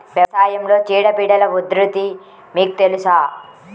వ్యవసాయంలో చీడపీడల ఉధృతి మీకు తెలుసా?